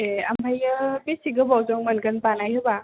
ए ओमफ्रायो बेसे गोबावजों मोनगोन बानायहोबा